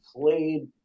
played